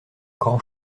grand